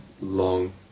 long